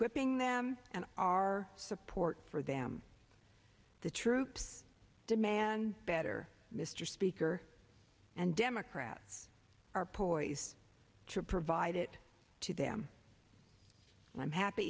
equipping them and our support for them the troops demand better mr speaker and democrats are poised to provide it to them i'm happy